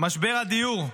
משבר הדיור.